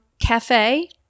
cafe